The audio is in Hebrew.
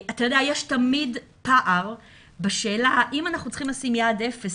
יש תמיד פער בשאלה אם אנחנו צריכים לשים יעד אפס,